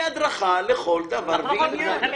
היא הדרכה לכל דבר ועניין.